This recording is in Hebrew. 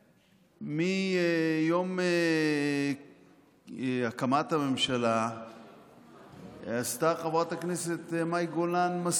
מיום הקמת הממשלה עשתה חברת הכנסת מאי גולן מסלול מדהים.